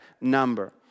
number